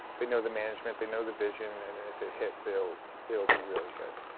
they know the management, they know the vision and if it hits, so it'll be really good.